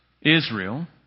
Israel